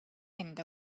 end